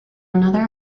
another